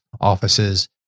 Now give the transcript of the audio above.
offices